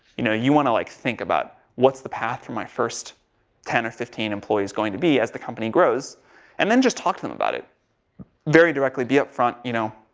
you know, you want to like think about what's the path for my first ten or fifteen employees going to be as the company grows, and then just talk to them about it very directly, be up front, you know.